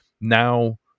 now